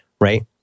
right